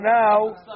now